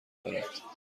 دارد